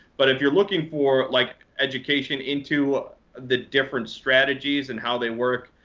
but if you're looking for like education into the different strategies and how they work,